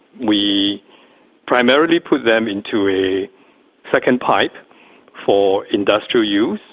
we primarily put them into a second pipe for industrial use,